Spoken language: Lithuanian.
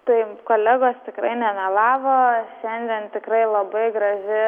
taip kolegos tikrai nemelavo šiandien tikrai labai graži